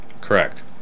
Correct